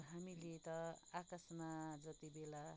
अब हामीले त आकाशमा जति बेला